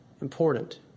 important